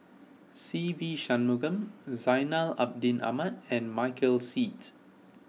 Se Ve Shanmugam Zainal Abidin Ahmad and Michael Seet